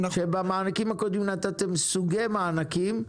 שבמענקים הקודמים נתתם סוגי מענקים,